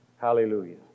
Hallelujah